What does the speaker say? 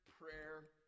prayer